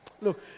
Look